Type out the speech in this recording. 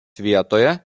vietoje